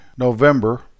november